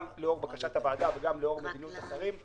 שגם לאור בקשת הוועדה וגם לאור בקשת אחרים,